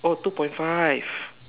oh two point five